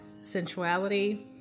sensuality